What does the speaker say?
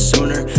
Sooner